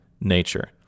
nature